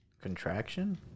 Contraction